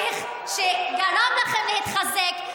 שגרם לכם להתחזק,